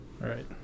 Right